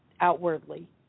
outwardly